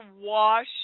wash